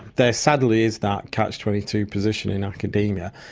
there sadly is that catch twenty two position in academia.